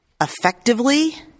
effectively